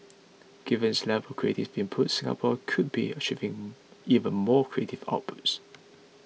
given its level creative input Singapore could be achieving even more creative outputs